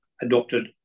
adopted